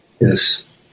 yes